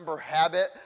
...habit